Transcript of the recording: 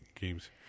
games